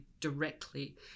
directly